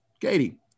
Katie